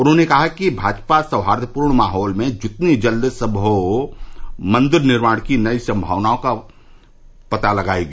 उन्होंने कहा कि भाजपा सौहार्दपूर्ण माहौल में जितनी जल्दी संमव हो मंदिर निर्माण की नई संभावनाओं का पता लगाएगी